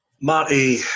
Marty